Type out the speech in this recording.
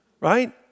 right